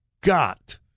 got